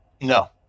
No